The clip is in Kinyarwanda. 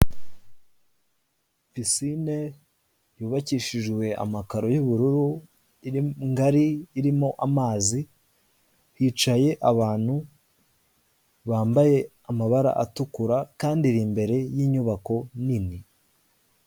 Pisine yubakishijwe amakaro y'ubururu ngari irimo amazi hicaye abantu bambaye amabara atukura kandi iri imbere y'inyubako nini.